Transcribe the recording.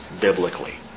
biblically